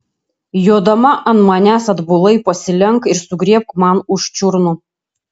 jodama ant manęs atbulai pasilenk ir sugriebk man už čiurnų